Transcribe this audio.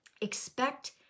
Expect